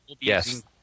Yes